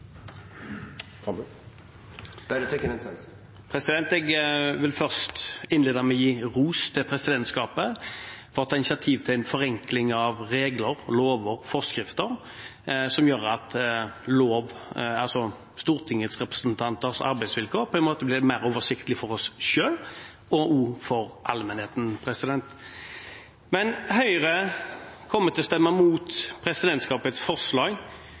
Jeg vil innlede med å gi ros til presidentskapet for å ta initiativ til en forenkling av regler, lover og forskrifter som gjør at stortingsrepresentanters arbeidsvilkår blir mer oversiktlig for dem selv – og også for allmennheten. Men Høyre kommer til å stemme mot presidentskapets forslag